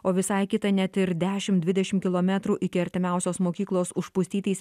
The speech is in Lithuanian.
o visai kita net ir dešim dvidešim kilometrų iki artimiausios mokyklos užpustytais